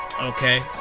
okay